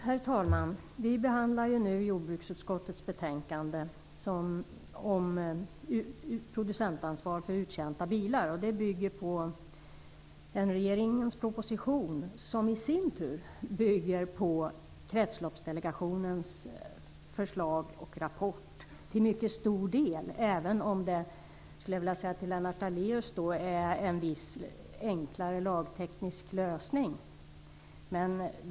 Herr talman! Vi behandlar nu jordbruksutskottets betänkande om producentansvar för uttjänta bilar. Betänkandet bygger på regeringens proposition, som i sin tur till mycket stor del bygger på Kretsloppsdelegationens förslag och rapport, även om - det vill jag säga till Lennart Daléus - den lagtekniska lösningen är något enklare.